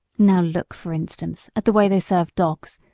now look, for instance, at the way they serve dogs,